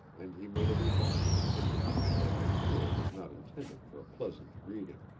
and he made a remark in an undertone that i fear was not intended for a pleasant greeting.